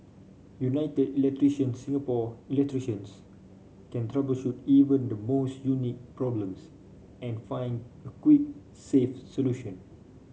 United Electrician Singapore electricians can troubleshoot even the most unique problems and find a quick safe solution